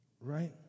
Right